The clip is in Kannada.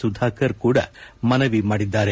ಸುಧಾಕರ್ ಕೂಡ ಮನವಿ ಮಾಡಿದ್ದಾರೆ